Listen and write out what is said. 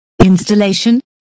Installation